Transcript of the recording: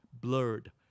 blurred